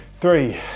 three